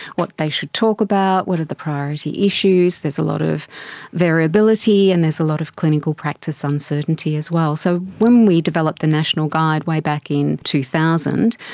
what they should talk about, what are the priority issues. there's a lot of variability and there's a lot of clinical practice uncertainty as well. so when we developed the national guide way back in two thousand,